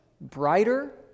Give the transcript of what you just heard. brighter